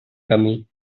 camí